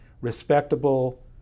respectable